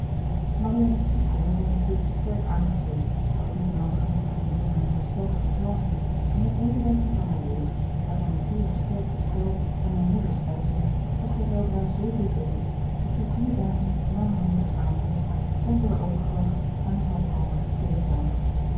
marianne's ziekte had haar natuurlijk sterk aangegrepen doch niet lang genoeg geduurd om haar herstel te vertragen en met medewerking van haar jeugd haar van nature sterk gestel en haar moeder's bijzijn was zij weldra zoo veel beter dat zij vier dagen na haar moeder's aankomst kon worden overgebracht naar mevrouw palmer's kleedkamer